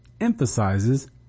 emphasizes